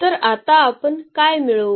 तर आता आपण काय मिळवू